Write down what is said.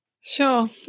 Sure